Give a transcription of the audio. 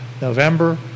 November